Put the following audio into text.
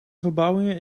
verbouwingen